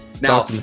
Now